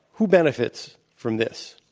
who benefits from this?